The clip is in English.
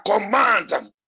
command